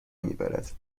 میبرد